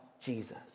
Jesus